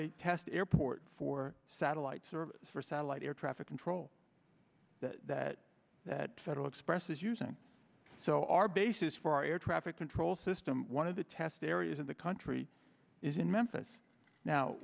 a test airport for satellite service for satellite air traffic control that that federal express is using so our bases for our air traffic control system one of the test areas in the country is in memphis now